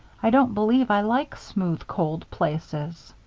i don't believe i like smooth, cold places.